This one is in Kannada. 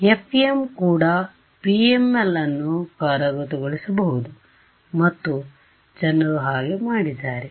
FEM ಕೂಡ PML ಅನ್ನು ಕಾರ್ಯಗತಗೊಳಿಸಿಬಹುದು ಮತ್ತು ಜನರು ಹಾಗೆ ಮಾಡಿದ್ದಾರೆ